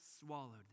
swallowed